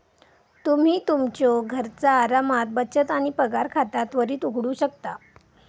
तुम्ही तुमच्यो घरचा आरामात बचत आणि पगार खाता त्वरित उघडू शकता